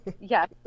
Yes